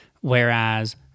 whereas